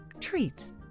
Treats